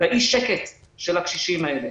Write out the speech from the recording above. באי שקט של הקשישים האלה,